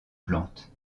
plantes